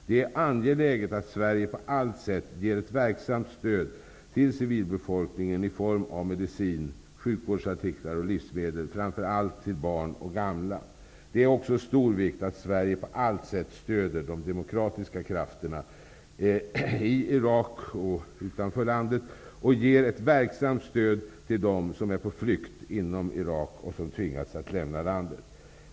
Det är angeläget att Sverige på allt sätt ger ett verksamt stöd till civilbefolkningen, framför allt till barn och gamla, i form av medicin, sjukvårdsartiklar och livsmedel. Det är också av stor vikt att Sverige på allt sätt stöder de demokratiska krafterna i Irak och utanför landet, och ger ett verksamt stöd till dem som är på flykt inom Irak och som tvingas att lämna landet.